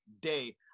day